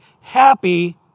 happy